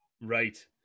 Right